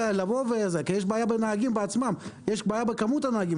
כי יש בעיה בכמות הנהגים.